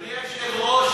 אדוני היושב-ראש,